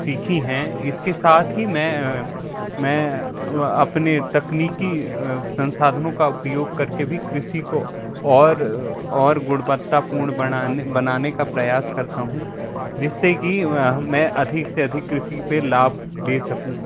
सीखीं हैं इसके साथ ही मैं मैं अपने तकनीकी संसाधनों का उपयोग करके भी कृषि को और और गुणवत्तापूर्ण बनाने बनाने का प्रयास करता हूँ जिससे कि मैं अधिक से अधिक कृषि पे लाभ ले सकूँ